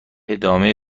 ادامه